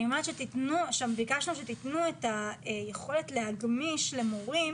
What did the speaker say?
אני אומרת שביקשנו שתתנו את היכולת למורים להגמיש